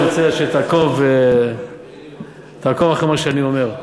אני מציע שתעקוב אחרי מה שאני אומר.